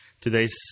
today's